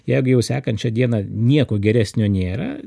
jeigu jau sekančią dieną nieko geresnio nėra